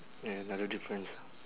ya another difference